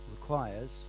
requires